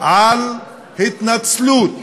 על התנצלות